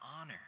honor